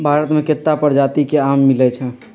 भारत मे केत्ता परजाति के आम मिलई छई